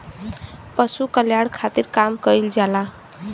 पशु कल्याण खातिर काम कइल जाला